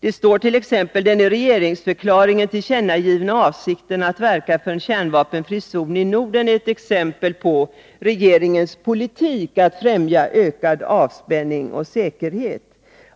I svaret står: ”Den i regeringsförklaringen tillkännagivna avsikten att verka för en kärnvapenfri zon i Norden är ett exempel på regeringens politik att främja ökad avspänning och säkerhet.”